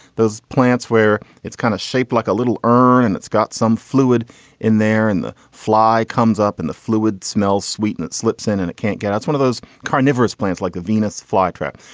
those plants where it's kind of shaped like a little urn. and it's got some fluid in there. and the fly comes up in the fluid smells, sweetness slips in and it can't get. that's one of those carnivorous plants like a venus flytrap.